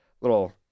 little